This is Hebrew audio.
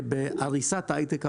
עריסת ההייטק העולמית,